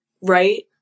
right